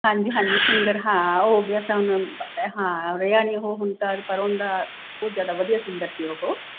ਹਾਂਜੀ ਹਾਂਜੀ ਸਿੰਗਰ ਹਾਂ ਪਤਾ ਹਾਂ ਰਿਹਾ ਨਹੀਂ ਉਹ ਹੁਣ ਤਾਂ ਪਰ ਉਨਦਾ ਉੱਦਾ ਤਾਂ ਵਧੀਆ ਸਿੰਗਰ ਸੀ ਉਹ